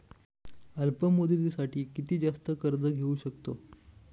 अल्प मुदतीसाठी किती जास्त कर्ज घेऊ शकतो?